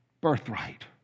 birthright